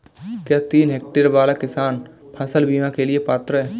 क्या तीन हेक्टेयर वाला किसान फसल बीमा के लिए पात्र हैं?